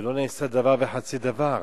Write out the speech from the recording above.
ולא נעשה דבר וחצי דבר.